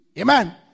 amen